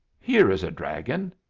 here is a dragon.